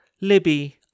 Libby